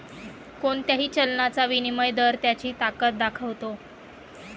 कोणत्याही चलनाचा विनिमय दर त्याची ताकद दाखवतो